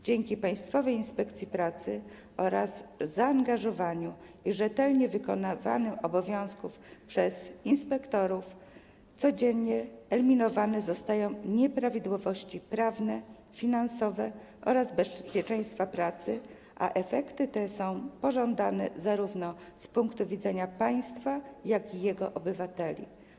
Dzięki Państwowej Inspekcji Pracy oraz zaangażowaniu i rzetelnemu wykonywaniu obowiązków przez inspektorów codziennie eliminowane są nieprawidłowości prawne, finansowe oraz dotyczące bezpieczeństwa pracy, a efekty te są pożądane z punktu widzenia zarówno państwa, jak i jego obywateli.